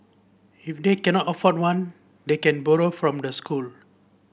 if they cannot afford one they can borrow from the school